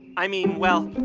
i mean well,